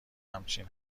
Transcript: همچین